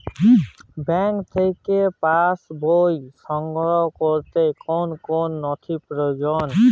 Bank থেকে passbook সংগ্রহ করতে কোন কোন নথি প্রয়োজন?